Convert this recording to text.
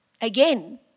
Again